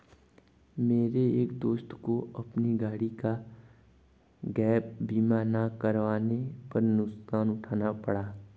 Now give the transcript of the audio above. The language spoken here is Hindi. मेरे एक दोस्त को अपनी गाड़ी का गैप बीमा ना करवाने पर नुकसान उठाना पड़ा